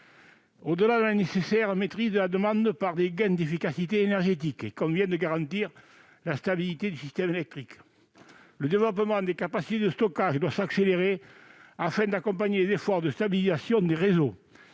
Au-delà de la nécessaire maîtrise de la demande par des gains d'efficacité énergétique, il convient de garantir la stabilité du système électrique. Le développement des capacités de stockage doit s'accélérer, afin d'accompagner les efforts de stabilisation des réseaux.